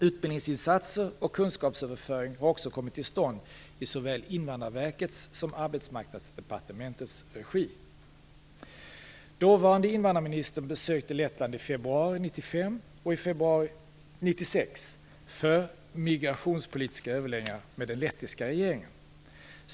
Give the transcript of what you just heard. Utbildningsinsatser och kunskapsöverföring har också kommit till stånd i såväl Invandrarverkets och Arbetsmarknadsdepartementets regi. Dåvarande invandrarministern besökte Lettland i februari 1995 och i februari 1996 för migrationspolitiska överläggningar med den lettiska regeringen.